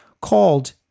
Called